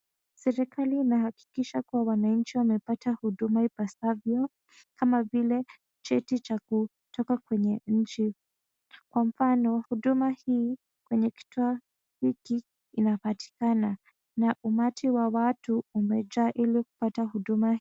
Serikali inahakikisha kuwa wananchi wamepata huduma ipasavyo, kama vile cheti cha kutoka kwenye nchi. Kwa mfano huduma hii kwenye kituo hiki inapatikana na umati wa watu umejaa ili kupata huduma.